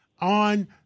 on